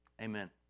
Amen